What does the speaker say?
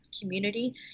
community